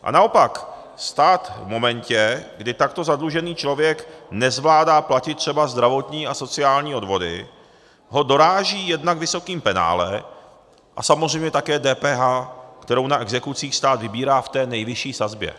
A naopak, stát v momentě, kdy takto zadlužený člověk nezvládá platit třeba zdravotní a sociální odvody, ho doráží jednak vysokým penále a samozřejmě také DPH, kterou na exekucích stát vybírá v té nejvyšší sazbě.